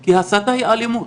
כי הסתה היא אלימות.